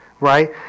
right